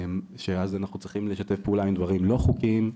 שאז אנחנו צריכים לשתף פעולה עם דברים לא חוקיים.